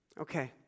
Okay